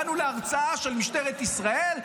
באנו להרצאה של משטרת ישראל,